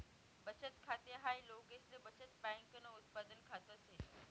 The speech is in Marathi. बचत खाते हाय लोकसले बचत बँकन उत्पादन खात से